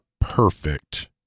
perfect